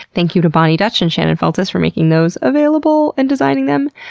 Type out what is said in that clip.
thank you to boni dutch and shannon feltus for making those available and designing them!